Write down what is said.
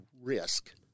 risk